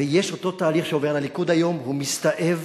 ואותו תהליך עובר על הליכוד היום, והוא מסתאב